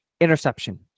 interception